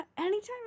anytime